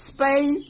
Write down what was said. Spain